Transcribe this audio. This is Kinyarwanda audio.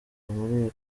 muri